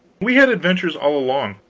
we had adventures all along.